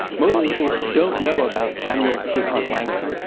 most people don't know about samuel pierpont langley.